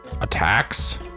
attacks